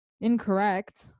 Incorrect